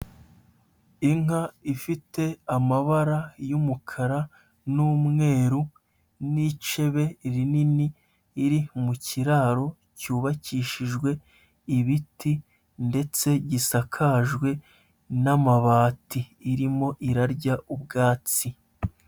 Inka ifite amabara y'umukara n'umweru n'icebe rinini, iri mu kiraro cyubakishijwe ibiti ndetse gisakajwe n'amabati, irimo irarya ubwatsi.